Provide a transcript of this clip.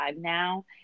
now